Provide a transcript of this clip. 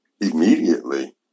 Immediately